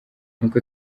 nkuko